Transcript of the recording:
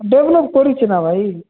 develop କରୁଚି ନା ଭାଇ